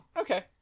Okay